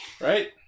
Right